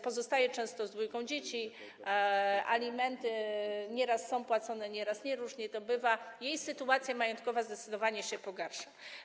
Pozostaje często z dwójką dzieci, alimenty są nieraz płacone, nieraz nie, różnie bywa, jej sytuacja majątkowa zdecydowanie się pogarsza.